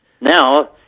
Now